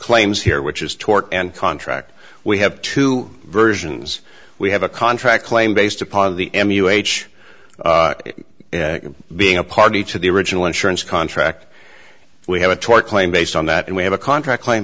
claims here which is tort and contract we have two versions we have a contract claim based upon the m u h being a party to the original insurance contract we have a tort claim based on that and we have a contract claim